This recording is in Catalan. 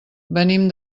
venim